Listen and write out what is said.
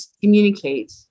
communicate